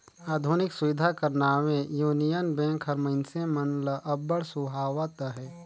आधुनिक सुबिधा कर नावें युनियन बेंक हर मइनसे मन ल अब्बड़ सुहावत अहे